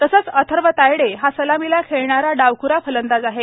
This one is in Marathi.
तसेच अथर्व तायडे हा सलामीला खेळणारा डावख्रा फलंदाज आहे